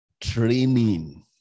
Training